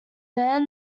band